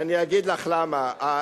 אני אגיד לך למה.